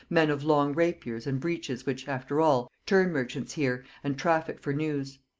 men of long rapiers and breeches which, after all, turn merchants here, and traffic for news.